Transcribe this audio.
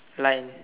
line